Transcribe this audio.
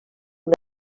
una